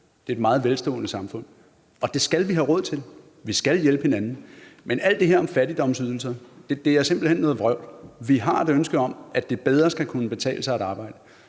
Det er et meget velstående samfund. Det skal vi have råd til. Vi skal hjælpe hinanden. Men alt det her om fattigdomsydelser er simpelt hen noget vrøvl. Vi har et ønske om, at det bedre skal kunne betale sig at arbejde.